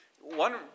one